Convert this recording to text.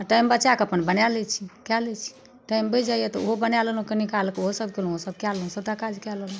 आ टाइम बचाके अपन बनाय लैत छी कै लैत छी टाइम बचि जैया तऽ ओहो बना लेलहुँ कनि कालके ओहो सब कयलहुँ ओसब कै लेलहुँ सबटा काज कै लेलहुँ